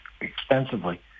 extensively